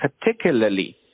particularly